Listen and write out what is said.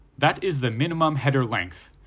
that is the minimum header length,